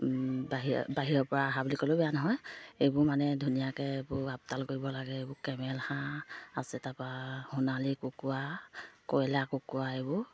বাহিৰ বাহিৰৰ পৰা আহা বুলি ক'লেও বেয়া নহয় এইবোৰ মানে ধুনীয়াকৈ এইবোৰ আপতাল কৰিব লাগে এইবোৰ কেমেল হাঁহ আছে তাপা সোণালী কুকুৰা কয়লা কুকুৰা এইবোৰ